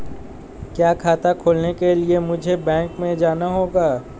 क्या खाता खोलने के लिए मुझे बैंक में जाना होगा?